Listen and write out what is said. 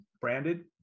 branded